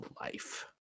life